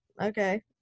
okay